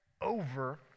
over